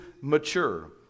mature